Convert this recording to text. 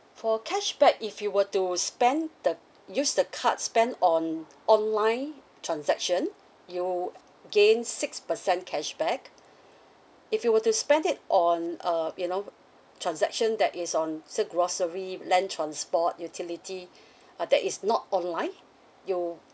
for cashback if you were to spend the use the card spend on online transaction you gain six percent cashback if you were to spend it on uh you know transaction that is on say grocery land transport utility uh that is not online